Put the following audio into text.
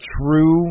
true